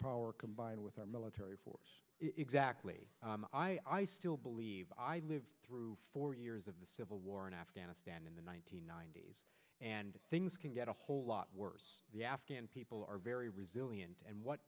power combined with our military force exactly i still believe i lived through four years of the civil war in afghanistan in the one nine hundred ninety s and things can get a whole lot worse the afghan people are very resilient and what